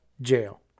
jail